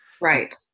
Right